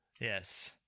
Yes